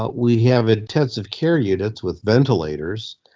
but we have intensive care units with ventilators.